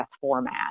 format